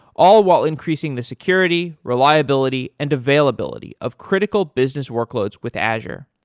all while increasing the security, reliability and availability of critical business workloads with azure.